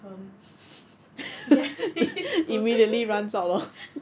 um japanese